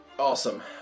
Awesome